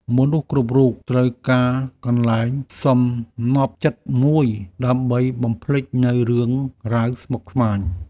មនុស្សគ្រប់រូបត្រូវការកន្លែងសំណព្វចិត្តមួយ ដើម្បីបំភ្លេចនូវរឿងរ៉ាវស្មុគស្មាញ។